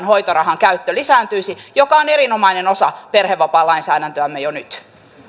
hoitorahan käyttö lisääntyisi mikä on erinomainen osa perhevapaalainsäädäntöämme jo nyt